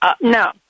No